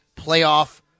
playoff